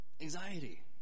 Anxiety